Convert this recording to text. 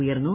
ഉയർന്നു